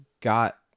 got